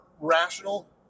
rational